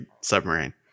submarine